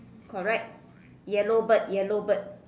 correct yellow bird yellow bird